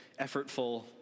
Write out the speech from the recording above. effortful